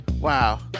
Wow